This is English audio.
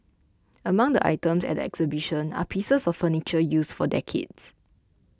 among the items at the exhibition are pieces of furniture used for decades